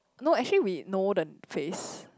no actually we know the face